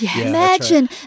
Imagine